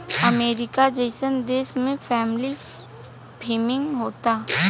अमरीका जइसन देश में फैमिली फार्मिंग होता